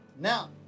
Now